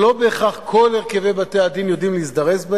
ולא בהכרח כל הרכבי בתי-הדין יודעים להזדרז,